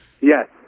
Yes